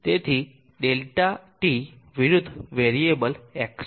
તેથી ΔT વિરુદ્ધ variable X